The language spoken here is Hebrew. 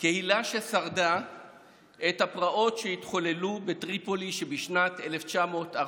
קהילה ששרדה את הפרעות שהתחוללו בטריפולי בשנת 1945